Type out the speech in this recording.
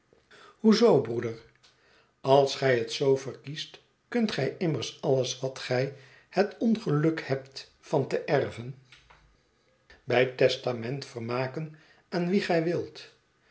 zoo broeder als gij het zoo verkiest kunt gij immers alles wat gij het ongeluk hebt van te erven bij testament vermaken aan wien gij wilt